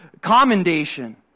commendation